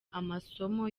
amasomo